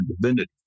divinity